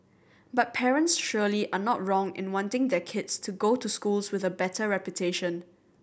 but parents surely are not wrong in wanting their kids to go to schools with a better reputation